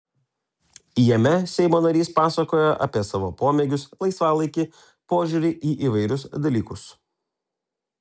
jame seimo narys pasakoja apie savo pomėgius laisvalaikį požiūrį į įvairius dalykus